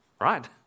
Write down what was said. right